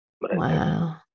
Wow